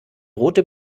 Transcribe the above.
rote